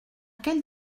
quelle